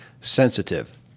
Sensitive